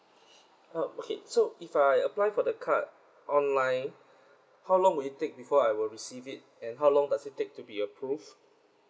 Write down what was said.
mm okay so if I apply for the card online how long will it take before I will receive it and how long does it take to be approved